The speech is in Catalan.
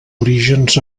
orígens